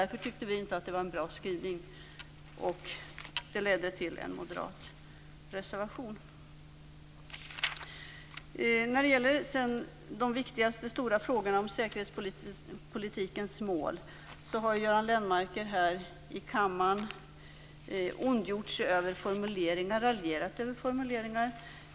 Därför anser vi att skrivningen inte var bra. Det ledde till en moderat reservation. Sedan var det de stora frågorna om säkerhetspolitikens mål. Göran Lennmarker har ondgjort sig och raljerat över formuleringar.